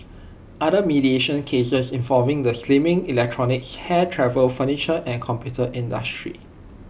other mediation cases involved the slimming electronics hair travel furniture and computer industries